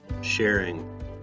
sharing